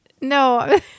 No